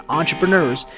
entrepreneurs